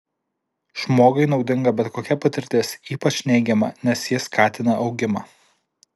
žmogui naudinga bet kokia patirtis ypač neigiama nes ji skatina augimą